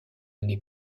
n’est